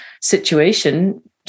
situation